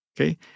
Okay